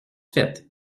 faite